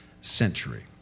century